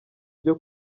byo